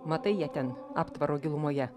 matai jie ten aptvaro gilumoje